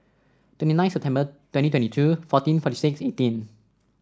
twenty nine September twenty twenty two fourteen forty six eighteen